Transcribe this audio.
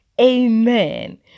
Amen